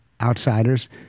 outsiders